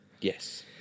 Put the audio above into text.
Yes